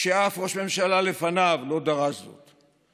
כשאף ראש ממשלה לפניו לא דרש זאת.